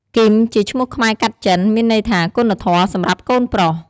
គីមជាឈ្មោះខ្មែរកាត់ចិន មានន័យថាគុណធម៌សម្រាប់កូនប្រុស។